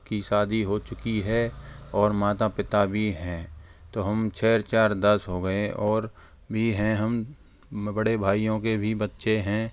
की शादी हो चुकी है और माता पिता भी हैं तो हम छः चार दस हो गए और भी हैं हम बड़े भाइयों के भी बच्चे हैं